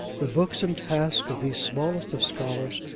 the books and tasks of these smallest of scholars,